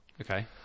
Okay